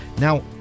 now